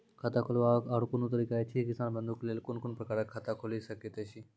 खाता खोलवाक आर कूनू तरीका ऐछि, किसान बंधु के लेल कून कून प्रकारक खाता खूलि सकैत ऐछि?